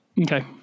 Okay